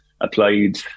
applied